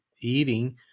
eating